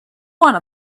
want